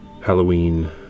Halloween